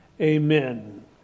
Amen